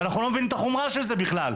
ואנחנו לא מבינים את החומרה של זה בכלל.